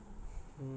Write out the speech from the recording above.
mm